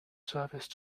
service